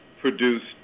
produced